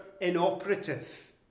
inoperative